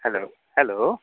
hello hello